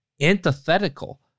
antithetical